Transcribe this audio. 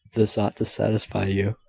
this ought to satisfy you.